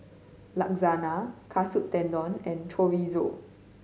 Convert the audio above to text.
Lasagna Katsu Tendon and Chorizo